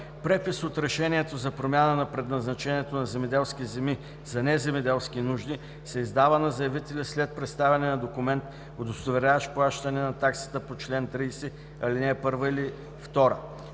Препис от решението за промяна на предназначението на земеделски земи за неземеделски нужди се издава на заявителя след представяне на документ, удостоверяващ плащане на таксата по чл. 30, ал. 1 или 2.“;